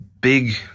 big